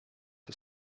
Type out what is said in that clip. are